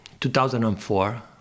2004